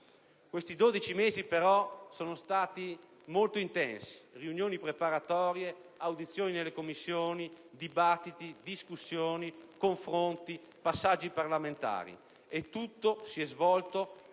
Questi dodici mesi sono stati però molto intensi: riunioni preparatorie, audizioni nelle Commissioni, dibattiti, discussioni, confronti, passaggi parlamentari; tutto si è svolto,